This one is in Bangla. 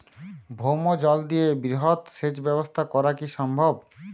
ভৌমজল দিয়ে বৃহৎ সেচ ব্যবস্থা করা কি সম্ভব?